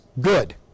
good